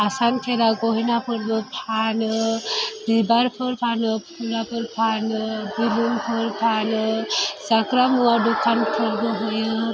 आसान खेरा गहेनाफोरबो फानो बिबारफोर फानो फुथुलाफोर फानो बेलुनफोर फानो जाग्रा मुवा दखानफोरबो होयो